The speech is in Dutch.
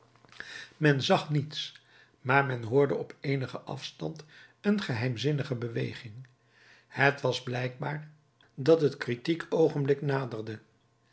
men zag niets maar men hoorde op eenigen afstand een geheimzinnige beweging het was blijkbaar dat het kritiek oogenblik naderde